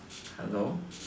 hello